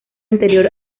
anterior